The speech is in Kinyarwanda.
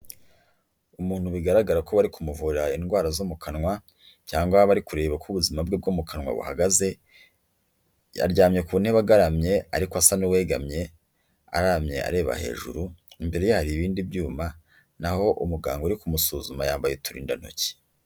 Umuntu bigaragara ko bari kumuvura indwara zo mu kanwa, cyangwa bari kureba uko ubuzima bwe bwo mu kanwa buhagaze, yaryamye ku ntebe agaramye ariko asa n'uwegamye, araramye areba hejuru, imbere ye hari ibindi byuma, naho umuganga uri kumusuzuma yambaye uturindantoki.